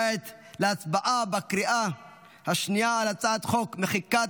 הצבעה בקריאה השנייה על הצעת חוק מחיקת